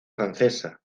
francesa